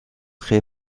créée